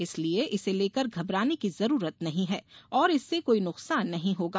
इसलिए इसे लेकर घबराने की जरूरत नहीं है और इससे कोई नुकसान नहीं होगा